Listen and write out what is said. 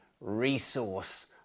resource